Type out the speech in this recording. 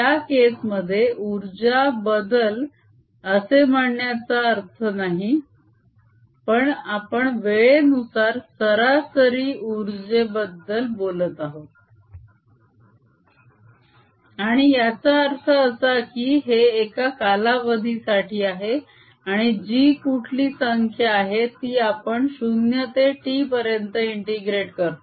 या केस मध्ये उर्जा बदल असे म्हणण्याचा अर्थ नाही पण आपण वेळेनुसार सरासरी ऊर्जेबद्दल बोलत आहोत आणि याचा अर्थ असा की हे एका कालावधी साठी आहे आणि जी कुठली संख्या आहे ती आपण 0 ते t पर्यंत इंटीग्रेट करतो